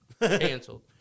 canceled